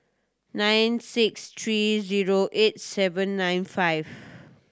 nine six three zero eight seven nine five